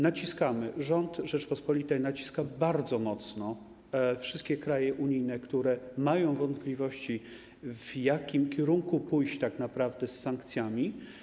Naciskamy, rząd Rzeczypospolitej naciska bardzo mocno wszystkie kraje unijne, które mają wątpliwości, w jakim kierunku tak naprawdę pójść z sankcjami.